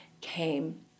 came